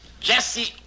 Jesse